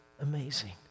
amazing